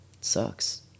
Sucks